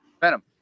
venom